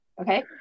Okay